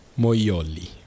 Moyoli